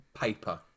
paper